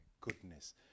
goodness